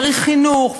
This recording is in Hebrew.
צריך חינוך,